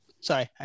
Sorry